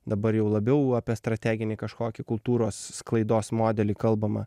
dabar jau labiau apie strateginį kažkokį kultūros sklaidos modelį kalbama